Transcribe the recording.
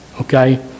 Okay